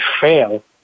fail